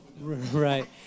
Right